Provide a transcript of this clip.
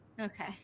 Okay